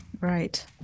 Right